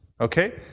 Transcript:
Okay